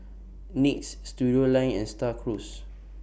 NYX Studioline and STAR Cruise